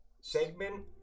segment